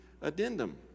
addendum